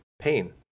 pain